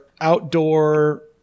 outdoor